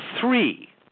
three